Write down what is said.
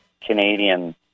Canadian